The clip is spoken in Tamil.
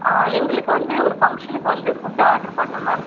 எங்களுக்கு வந்து ஒரு ஃபங்ஷனுக்கு வந்து ஃபுட் ஆர்டர் பண்ணனும் மேம்